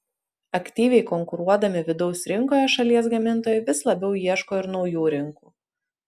aktyviai konkuruodami vidaus rinkoje šalies gamintojai vis labiau ieško ir naujų rinkų